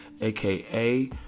aka